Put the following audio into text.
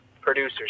producers